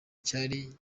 cyari